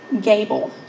Gable